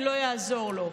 אני לא אעזור לו.